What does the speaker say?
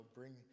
bring